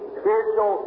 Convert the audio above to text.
spiritual